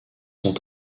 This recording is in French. sont